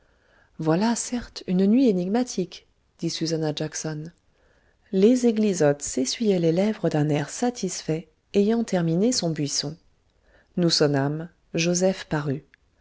voilà certes une nuit énigmatique dit susannah jackson les eglisottes s'essuyait les lèvres d'un air satisfait ayant terminé son buisson nous sonnâmes joseph parut